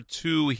two